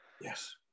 Yes